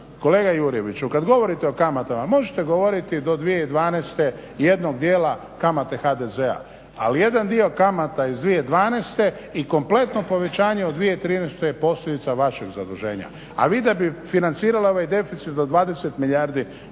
kolega Jurjeviću kad govorite o kamatama možete govoriti do 2012. jednog dijela kamate HDZ-a ali jedan dio kamata iz 2012. i kompletno povećanje u 2013. je posljedica vašeg zaduženja. A vi da bi financirali ovaj deficit do 20 milijardi